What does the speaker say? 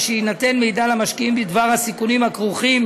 ושיינתן מידע למשקיעים בדבר הסיכונים הכרוכים